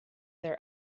their